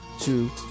two